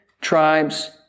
tribes